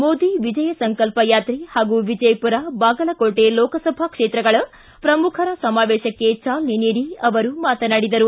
ಮೋದಿ ವಿಜಯ ಸಂಕಲ್ಪ ಯಾತ್ರೆ ಹಾಗೂ ವಿಜಯಪುರ ಬಾಗಲಕೋಟೆ ಲೋಕಸಭಾ ಕ್ಷೇತ್ರಗಳ ಪ್ರಮುಖರ ಸಮಾವೇಶಕ್ಕೆ ಚಾಲನೆ ನೀಡಿ ಅವರು ಮಾತನಾಡಿದರು